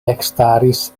ekstaris